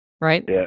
right